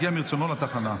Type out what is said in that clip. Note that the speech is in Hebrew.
הגיע מרצונו לתחנה.